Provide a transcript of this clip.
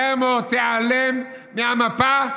מהר מאוד תיעלם מהמפה,